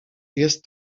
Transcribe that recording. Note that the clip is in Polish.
jest